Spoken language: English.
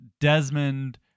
Desmond